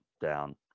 down